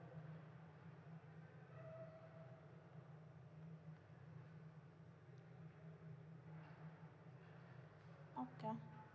okay